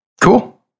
Cool